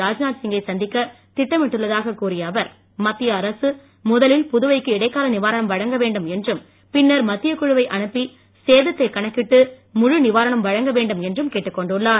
ராஜ்நாத் சிங் கை சந்திக்க திட்டமிட்டுள்ளதாக கூறிய அவர் மத்திய அரசு முதலில் புதுவைக்கு இடைக்கால நிவாரணம் வழங்க வேண்டும் என்றும் பின்னர் மத்திய குழுவை அனுப்பி சேதத்தை கணக்கிட்டு முழு நிவாரணம் வழங்க வேண்டும் என்றும் கேட்டுக்கொண்டுள்ளார்